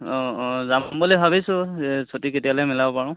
অঁ অঁ যাম বুলি ভাবিছোঁ যে ছুটি কেতিয়ালৈ মিলাব পাৰোঁ